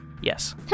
Yes